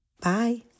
Bye